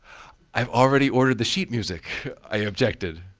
i've already ordered the sheet music, i objected.